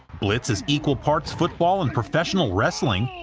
blitz is equal parts football and professional wrestling,